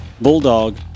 Bulldog